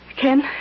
Ken